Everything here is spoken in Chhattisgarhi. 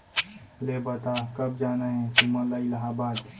ले बता, कब जाना हे तुमन ला इलाहाबाद?